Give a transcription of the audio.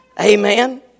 Amen